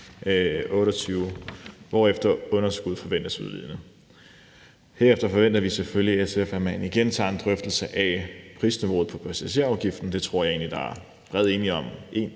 hvorefter underskuddet forventes udlignet. Herefter forventer vi selvfølgelig i SF, at man igen tager en drøftelse af prisniveauet på passagerafgiften – det tror jeg egentlig der er bred enighed om